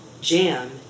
jam